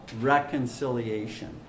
reconciliation